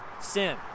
sin